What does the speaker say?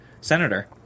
senator